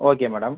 okay madam